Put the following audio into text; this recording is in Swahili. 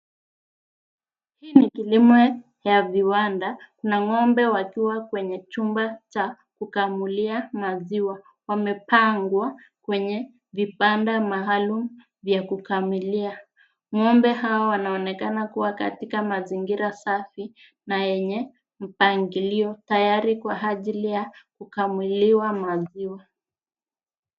Hii ni kilimo ya viwanda na ng'ombe wakiwa kwenye chumba cha kukamulia maziwa. Wamepangwa kwenye vibanda maalum ya kukamulia. Ng'ombe hawa wanaonekana kuwa katika mazingira safi na yenye mpangilio tayari kwa ajili ya kukamuliwa maziwa.